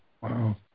Wow